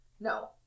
no